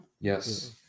Yes